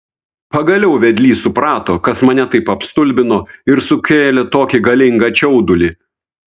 pagaliau vedlys suprato kas mane taip apstulbino ir sukėlė tokį galingą čiaudulį